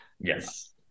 yes